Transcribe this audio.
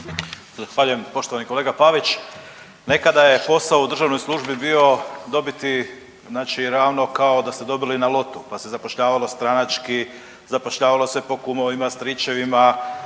poštovani kolega Pavić. Nekada je posao u državnoj službi bio dobiti znači ravno kao da ste dobili na lotu, pa se zapošljavalo stranački, zapošljavalo se po kumovima, stričevima